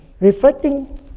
reflecting